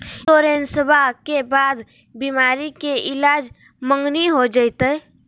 इंसोरेंसबा के बाद बीमारी के ईलाज मांगनी हो जयते?